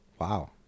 Wow